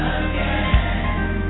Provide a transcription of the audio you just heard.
again